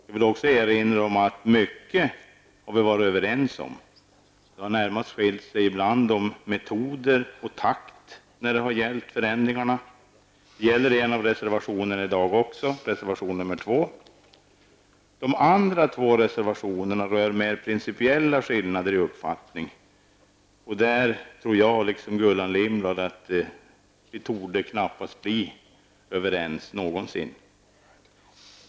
Jag vill erinra om att vi har varit överens om mycket. Närmast har vi haft olika uppfattningar om metoder och takten i fråga om förändringarna. Det gäller t.ex. beträffande reservation 2. De andra två reservationerna rör mer principiella skillnader i uppfattningarna. Liksom Gullan Lindblad tror jag knappast att vi någonsin blir överens på de punkterna.